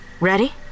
ready